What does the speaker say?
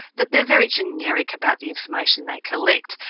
that they are very generic about the information they collect.